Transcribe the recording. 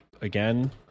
again